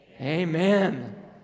amen